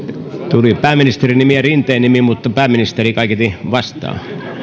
tuli pääministerin nimi ja rinteen nimi mutta pääministeri kaiketi vastaa